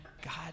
God